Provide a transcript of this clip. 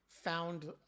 found